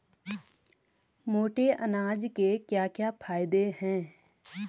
मोटे अनाज के क्या क्या फायदे हैं?